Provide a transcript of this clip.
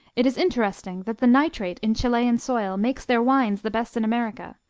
it is interesting that the nitrate in chilean soil makes their wines the best in america,